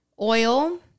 oil